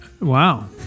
Wow